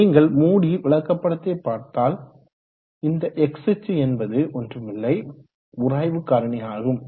நீங்கள் மூடி விளக்கப்படத்தை பார்த்தால் இந்த x அச்சு என்பது ஒன்றுமில்லை உராய்வு காரணி ஆகும்